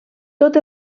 tot